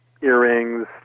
earrings